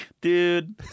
Dude